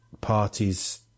parties